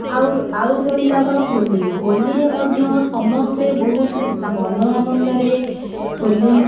ଆଉ ଆଉ ରହିଲା ଆମର ହୋଲି ହୋଲିରେ ମଧ୍ୟ ସମସ୍ତେ ବହୁତ ମନ ଆନନ୍ଦରେ ହୋଲି